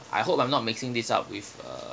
I hope I'm not mixing this up with uh